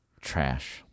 Trash